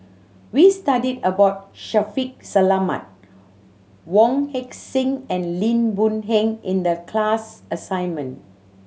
we studied about Shaffiq Selamat Wong Heck Sing and Lim Boon Heng in the class assignment